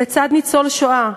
לצד ניצול שואה,